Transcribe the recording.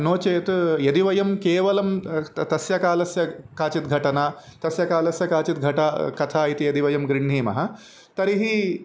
नो चेत् यदि वयं केवलं त तस्य कालस्य काचित् घटना तस्य कालस्य काचित् घटना कथा इति यदि वयं गृह्णीमः तर्हि